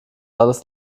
alles